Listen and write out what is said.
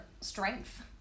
strength